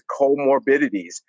comorbidities